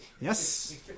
Yes